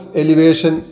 elevation